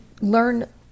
learn